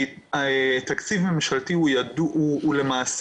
כי תקציב ממשלתי הוא קבוע,